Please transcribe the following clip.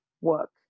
work